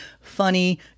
funny